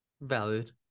Valid